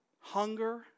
Hunger